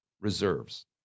reserves